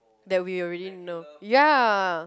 they will already know ya